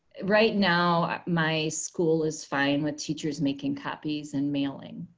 right now my school is fine with teachers making copies and mailing.